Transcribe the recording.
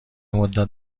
مدت